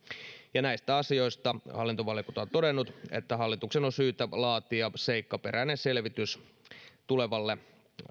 ja näistä asioista hallintovaliokunta on todennut että hallituksen on syytä laatia seikkaperäinen selvitys tulevalle